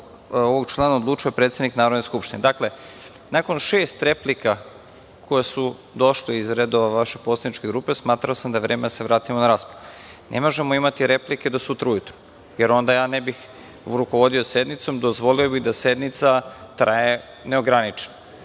ovog člana odlučuje predsednik Skupštine“.Dakle, nakon šest replika, koje su došle iz redova vaše poslaničke grupe, smatrao sam da je vreme da se vratimo na raspravu. Ne možemo imati replike do sutra ujutru, jer onda ne bih ja rukovodio sednicom i dozvolio bih da sednica traje neograničeno. Smatram